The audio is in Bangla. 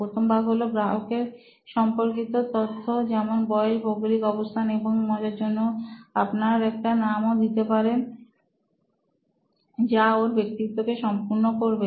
প্রথম ভাগ হলো গ্রাহকের সম্পর্কিত তথ্য যেমন বয়স ভৌগোলিক অবস্থান এবং মজার জন্য আপনার একটা নামও দিতে পারেন যা ওর ব্যক্তিত্ব কে সম্পূর্ণ করবে